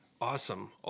Awesome